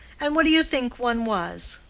and what do you think one was?